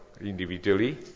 individually